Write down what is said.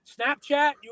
Snapchat